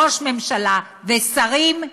ראש ממשלה ושרים,